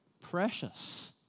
precious